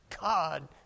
God